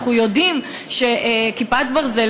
אנחנו יודעים ש"כיפת ברזל",